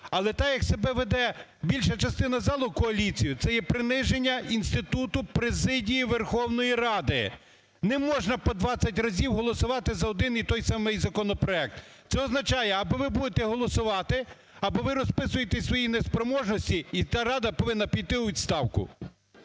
Але так як себе веде більша частина залу, коаліція, це є приниження інституту президії Верховної Ради. Не можна по 20 разів голосувати за один і той самий законопроект. Це означає, або ви будете голосувати, або ви розписуєтесь у своїй неспроможності і ця рада повинна піти у відставку.